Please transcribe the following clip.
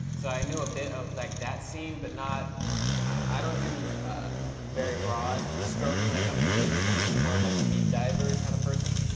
so i knew a bit of that that scene. but i don't do very broad strokes when it comes to music. i'm much more of like a deep diver kind of person.